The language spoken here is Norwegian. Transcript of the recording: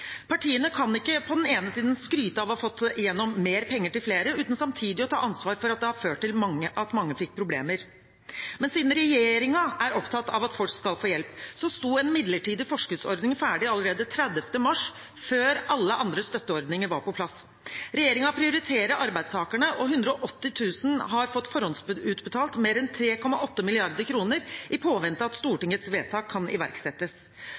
Partiene kan ikke på den ene siden skryte av å ha fått igjennom mer penger til flere uten samtidig å ta ansvaret for at det har ført til at mange fikk problemer. Men siden regjeringen er opptatt av at folk skal få hjelp, sto en midlertidig forskuddsordning ferdig allerede 30. mars, før alle andre støtteordninger var på plass. Regjeringen prioriterer arbeidstakerne, og 180 000 har fått forhåndsbetalt mer enn 3,8 mrd. kr i påvente av at Stortingets vedtak kan iverksettes.